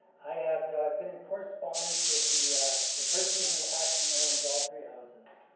i've been in correspondence with the the person who actually owns all three houses.